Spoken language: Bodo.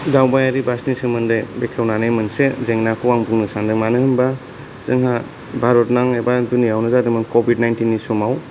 दावबायारि बासनि सोमोन्दै बेखेवनानै मोनसे जेंनाखौ आं बुंनो सानदों मानो होनोबा जोंहा भारतनां एबा दुनियायावनो जादोंमोन क'विड नाइनटिन समाव